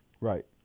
Right